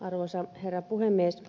arvoisa herra puhemies